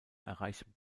erreichten